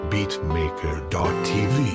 Beatmaker.tv